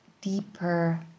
deeper